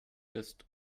ist